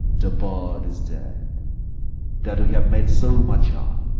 the bird is dead that we have made so much on.